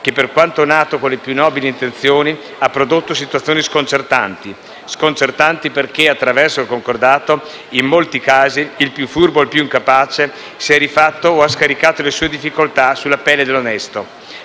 che, per quanto nato con le più nobili intenzioni, ha prodotto situazioni sconcertanti. Sconcertanti perché, attraverso il concordato, in molti casi, il più furbo o il più incapace si è rifatto o ha scaricato le sue difficoltà sulla pelle dell'onesto.